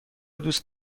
دوست